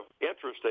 interesting